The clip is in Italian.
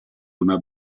una